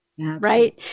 Right